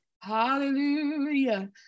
Hallelujah